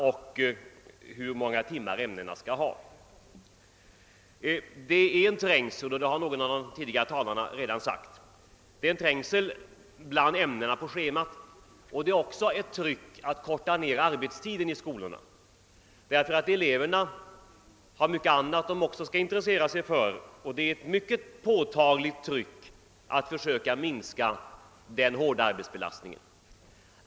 Det råder, såsom en av de föregående talarna framhållit, trängsel bland ämnena på schemat och det förekommer också ett tryck i riktning mot en nedkortning av arbetstiden i skolorna. Eleverna har också mycket annat än det rena skolarbetet att intressera sig för, och det utövas därför ett mycket påtagligt tryck för en minskning av deras hårda arbetsbelastning.